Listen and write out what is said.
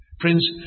Friends